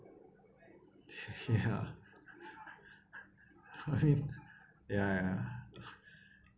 ya ya ya